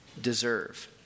deserve